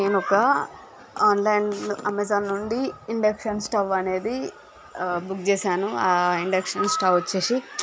నేనొక ఆన్లైన్లో అమెజాన్ నుండి ఇండక్షన్ స్టవ్ అనేది బుక్ చేశాను ఆ ఇండక్షన్ స్టవ్ వచ్చేసి